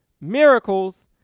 miracles